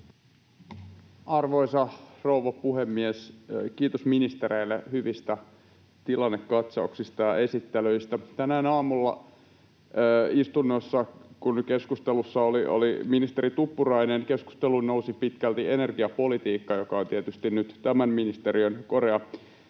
Arvoisa rouva puhemies! Kiitos ministereille hyvistä tilannekatsauksista ja esittelyistä. Tänään aamulla istunnossa, kun keskustelussa oli ministeri Tuppurainen, keskusteluun nousi pitkälti energiapolitiikka, joka nyt on tietysti tämän ministeriön corea.